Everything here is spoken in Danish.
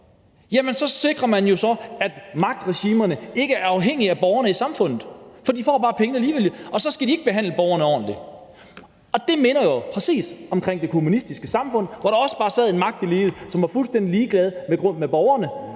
så sikrer man jo, at magtregimerne ikke er afhængige af borgerne i samfundet, for de får bare pengene alligevel, og så skal de ikke behandle borgerne ordentligt. Og det minder jo præcis om kommunistiske samfund, hvor der også bare sad en magtelite, som var fuldstændig ligeglade med borgerne